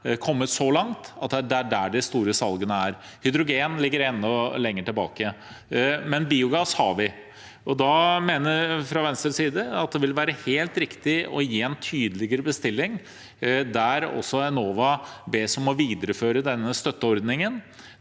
kommet så langt – det er ikke der de store salgene er. Hydrogen ligger enda lenger bak. Men biogass har vi. Da mener vi fra Venstres side at det vil være helt riktig å gi en tydeligere bestilling der også Enova bes om å videreføre denne støtteordningen